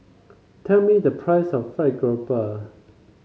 tell me the price of fry grouper